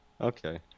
Okay